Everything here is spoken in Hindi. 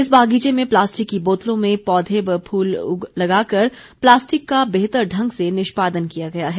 इस बागीचे में प्लास्टिक की बोतलों में पौधे व फूल लगाकर प्लास्टिक का बेहतर ढंग से निष्पादन किया गया है